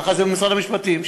מח"ש זה במשרד המשפטים,